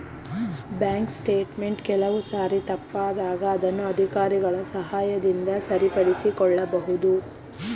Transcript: bank statement ಕೆಲವು ಸಾರಿ ತಪ್ಪಾದಾಗ ಅದನ್ನು ಅಧಿಕಾರಿಗಳ ಸಹಾಯದಿಂದ ಸರಿಪಡಿಸಿಕೊಳ್ಳಬಹುದು